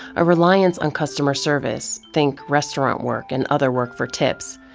a reliance on customer service think restaurant work, and other work for tips.